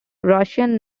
russian